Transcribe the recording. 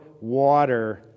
water